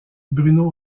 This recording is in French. bruno